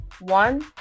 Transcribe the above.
one